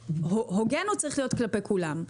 הוגן הוא צריך להיות כלפי כולם,